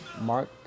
Mark